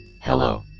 Hello